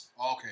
Okay